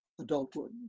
adulthood